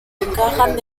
encajan